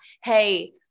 Hey